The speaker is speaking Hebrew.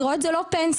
דירות זה לא פנסיה,